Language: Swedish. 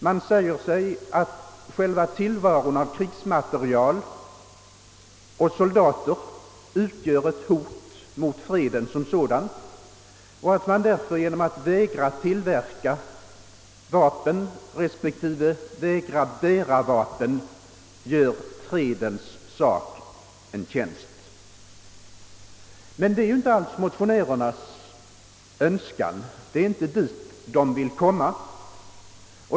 Det finns de som menar att själva existensen av krigsmateriel och soldater utgör ett hot mot freden och att man därför genom att avstå från att tillverka vapen och genom att vägra att bära vapen gör fredens sak en tjänst. Men det är ju inte alls dithän motionärerna vill komma.